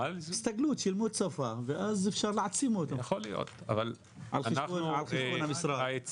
שילמד שפה ואז אפשר להעצים אותו על חשבון המשרד.